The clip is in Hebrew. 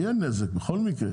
יהיה נזק בכל מקרה.